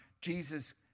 Jesus